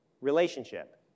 Relationship